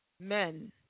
Men